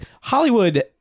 hollywood